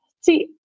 See